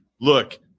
look